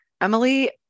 Emily